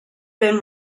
been